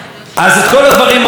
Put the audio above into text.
ניהלנו על זה מאבק,